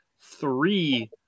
three